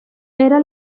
era